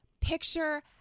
picture